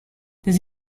this